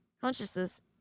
consciousness